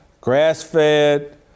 grass-fed